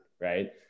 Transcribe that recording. right